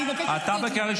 תתביישי לך.